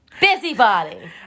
Busybody